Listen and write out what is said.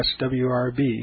swrb